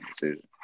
decision